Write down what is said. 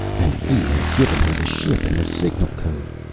and he had given her the ship and the signal code.